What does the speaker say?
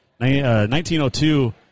1902